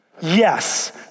Yes